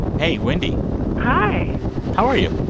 hey, wendy hi how are you?